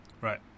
Right